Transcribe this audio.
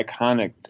iconic